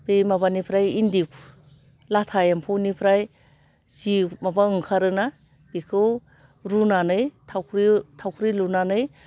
बे माबानिफ्राइ इन्दि लाथा एम्फौनिफ्राइ जि माबा ओंखारोना बेखौ रुनानै थावख्रि थावख्रि लुनानै